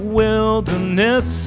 wilderness